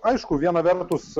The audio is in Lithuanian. aišku viena vertus